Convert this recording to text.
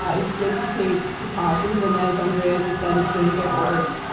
ah it's good to take precautions and as andrea just said it's going to get worse.